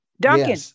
Duncan